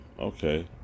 okay